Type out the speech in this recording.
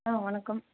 ஆ வணக்கம்